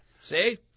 See